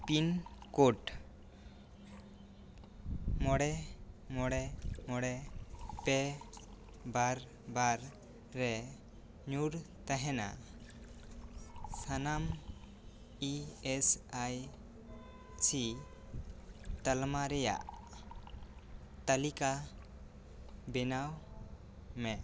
pincode ᱢᱚᱬᱮ ᱢᱚᱬᱮ ᱢᱚᱬᱮ ᱯᱮ ᱵᱟᱨ ᱵᱟᱨ ᱨᱮ ᱧᱩᱨ ᱛᱟᱦᱮᱱᱟ ᱥᱟᱱᱟᱢ ᱤ ᱮᱥ ᱟᱭ ᱥᱤ ᱛᱟᱞᱢᱟ ᱨᱮᱭᱟᱜ ᱛᱟᱹᱞᱤᱠᱟ ᱵᱮᱱᱟᱣ ᱢᱮ